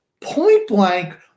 point-blank –